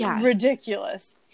ridiculous